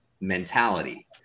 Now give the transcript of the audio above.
mentality